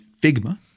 Figma